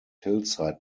hillside